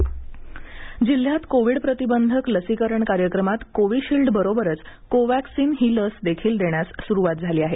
लसीकरण जिल्ह्यात कोविड प्रतिबंधक लसीकरण कार्यक्रमात कोविशिल्ड बरोबरच कोव्हॅक्सिनची देखील लस देण्यास सुरूवात झाली आहे